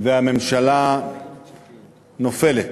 והממשלה נופלת.